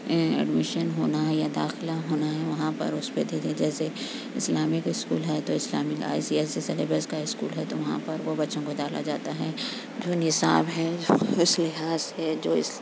admission ہونا ہے یا داخلہ ہونا ہے وہاں پر اس پہ دھیرے جیسے اسلامک اسکول ہے تو اسلامی I C I C syllabus کا اسکول ہے تو وہاں پر وہ بچوں کو ڈالا جاتا ہے جو نصاب ہے اس لحاظ سے جو